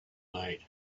night